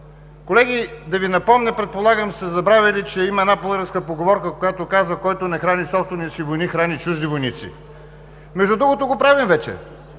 Колеги, да Ви напомня, предполагам сте забравили, че има една българска поговорка, която казва: „Който не храни собствения си войник, храни чужди войници“. Между другото го правим вече